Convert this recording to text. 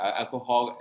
alcohol